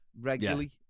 regularly